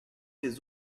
des